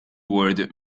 word